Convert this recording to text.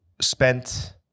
spent